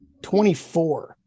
24